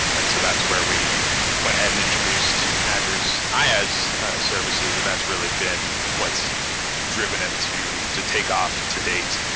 and so that's where we went ahead and introduced azure's iaas services and that's really been what's driven it to to take off to date,